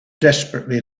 desperately